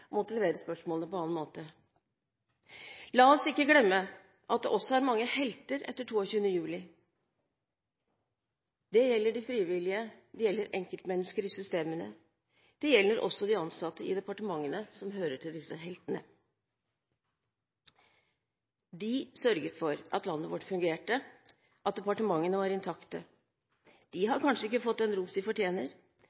annen måte. La oss ikke glemme at det også er mange helter etter 22. juli. Det gjelder de frivillige, det gjelder enkeltmennesker i systemene. Det gjelder også de ansatte i departementene, som hører til disse heltene. De sørget for at landet vårt fungerte, at departementene var intakte. De har kanskje ikke fått den ros de